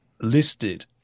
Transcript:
listed